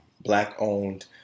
black-owned